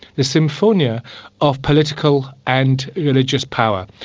the symphonia of political and religious power.